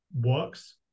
works